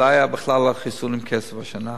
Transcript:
שלא היה בכלל לחיסון כסף השנה,